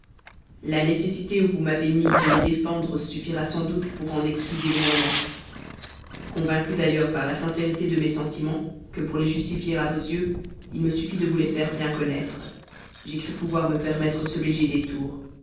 la nécessité où vous m'avez mis de me défendre suffira sans doute pour en excuser les moyens convaincu d'ailleurs par la sincérité de mes sentiments que pour les justifier à vos yeux il me suffit de vous les faire bien connaître j'ai cru pouvoir me permettre ce léger